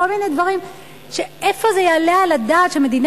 כל מיני דברים,